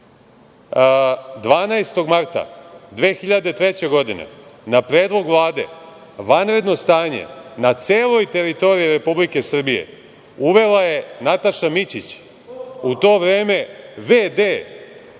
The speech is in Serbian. marta 2003. godine na predlog Vlade vanredno stanje na celoj teritoriji Republike Srbije uvela je Nataša Mićić, u to vreme v.d.